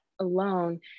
alone